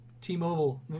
t-mobile